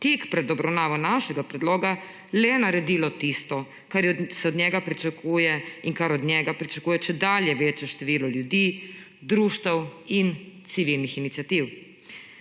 tik pred obravnavo našega predloga le naredilo tisto, kar se od njega pričakuje in kar od njega pričakuje čedalje večje število ljudi, društev in civilnih iniciativ.